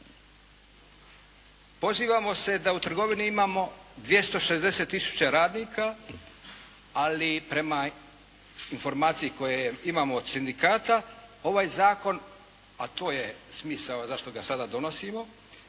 Pozivamo se da u trgovini imamo 260 tisuća radnika, ali prema informaciji koje imamo od sindikata, ovaj zakon, a to je smisao zašto ga sada donosimo,